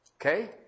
Okay